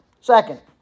Second